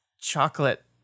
chocolate